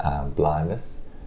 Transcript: blindness